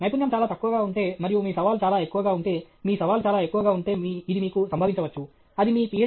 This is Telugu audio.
నైపుణ్యం చాలా తక్కువగా ఉంటే మరియు మీ సవాలు చాలా ఎక్కువగా ఉంటే మీ సవాలు చాలా ఎక్కువగా ఉంటే ఇది మీకు సంభవిచవచ్చు అది మీ Ph